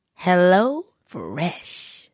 HelloFresh